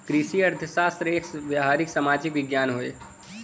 कृषि अर्थशास्त्र एक व्यावहारिक सामाजिक विज्ञान हौ